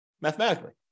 mathematically